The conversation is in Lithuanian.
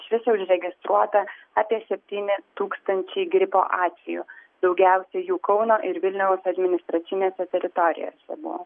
iš viso užregistruota apie septyni tūkstančiai gripo atvejų daugiausiai jų kauno ir vilniaus administracinėse teritorijose buvo